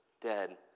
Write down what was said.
dead